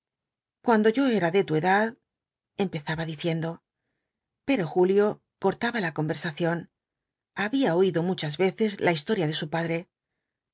cuando yo era de tu edad empezaba diciendo pero julio cortaba la conversación había oído muchas veces la historia de su padre